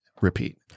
repeat